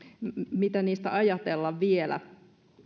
mitä niistä ajatella vielä